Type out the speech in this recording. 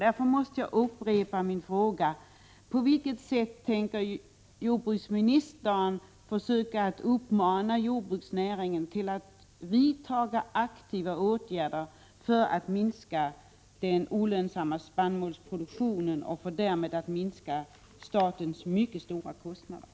Därför måste jag upprepa min fråga: På vilket sätt tänker jordbruksministern försöka uppmana jordbruksnäringen att vidta aktiva åtgärder för att minska den olönsamma spannmålsproduktionen och därmed minska statens mycket stora kostnader?